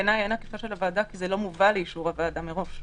בעיניי אין עקיפה של הוועדה כי זה לא מובא לאישור הוועדה מראש.